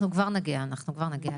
אנחנו כבר נגיע אליך.